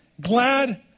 glad